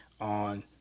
on